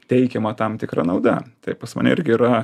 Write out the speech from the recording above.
teikiama tam tikra nauda tai pas mane irgi yra